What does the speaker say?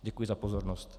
Děkuji za pozornost.